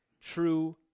true